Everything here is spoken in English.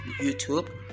YouTube